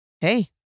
Hey